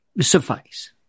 suffice